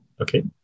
Okay